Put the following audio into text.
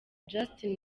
justin